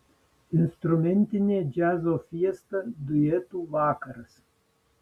instrumentinė džiazo fiesta duetų vakaras